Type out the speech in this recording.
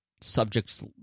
subjects